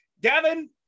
Devin